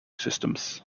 systems